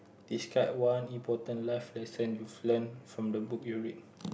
describe one important life lesson you've learnt from the book you read